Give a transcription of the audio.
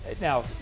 Now